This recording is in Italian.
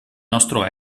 nostro